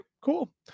Cool